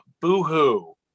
boo-hoo